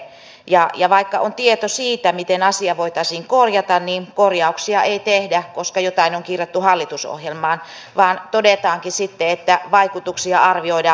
ja vaikka on tieto siitä miten asia voitaisiin korjata niin korjauksia ei tehdä koska jotain on kirjattu hallitusohjelmaan vaan todetaankin sitten että vaikutuksia arvioidaan myöhemmin